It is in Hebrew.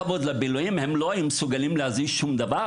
הם לא היו מסוגלים להזיז שום דבר